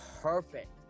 perfect